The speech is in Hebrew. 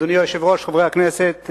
אדוני היושב-ראש, חברי הכנסת,